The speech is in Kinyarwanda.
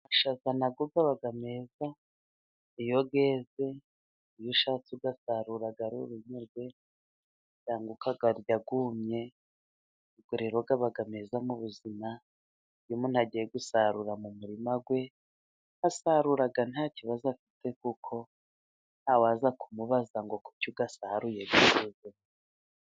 Amashaza na yo aba meza, iyo yeze, iyo ushatse uyasarura ari urunyogwe, ukayarya yumye, ubwo rero aba meza mu buzima. Iyo umuntu agiye gusarura mu murima we asarura nta kibazo afite kuko nta waza kumubaza ngo kuki uyasaruye ateze.